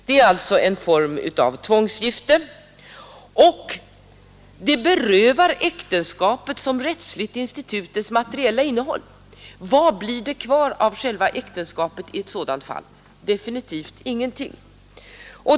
Det är alltså en form av tvångsgifte, och det berövar äktenskapet som rättsligt institut dess materiella innehåll. Vad blir det kvar av själva äktenskapet i ett sådant fall? Definitivt ingenting.